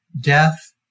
death